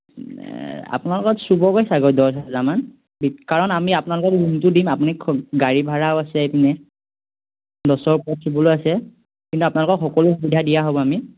আপোনালোকৰ চুবগৈ চাগৈ দছ হাজাৰমান কাৰণ আমি আপোনালোকক ৰোমটো দিম আপুনি গাড়ী ভাড়াও আছে ইপিনে দছৰ ওপৰত চুবলৈ আছে কিন্তু আপোনালোকক সকলো সুবিধা দিয়া হ'ব আমি